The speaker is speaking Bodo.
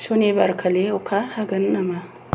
सनिबारखालि अखा हागोन नामा